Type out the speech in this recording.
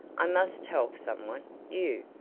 i must tell someone you.